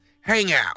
Hangout